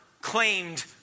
claimed